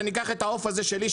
שאני אקח את העוף הזה שלי,